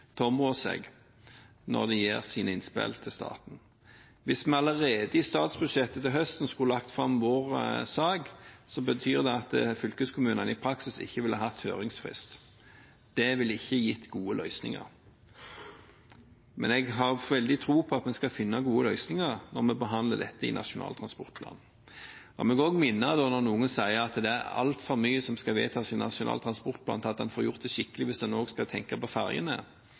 når de gir sine innspill til staten. Hvis vi allerede i statsbudsjettet til høsten skulle lagt fram vår sak, betyr det at fylkeskommunene i praksis ikke ville hatt høringsfrist. Det ville ikke gitt gode løsninger. Men jeg har veldig tro på at vi skal finne gode løsninger når vi behandler dette i Nasjonal transportplan. La meg også minne om, når noen sier at det er altfor mye som skal vedtas i Nasjonal transportplan til at en får gjort det skikkelig hvis en også skal tenke på ferjene,